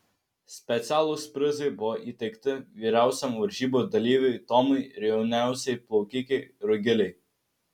specialūs prizai buvo įteikti vyriausiam varžybų dalyviui tomui ir jauniausiai plaukikei rugilei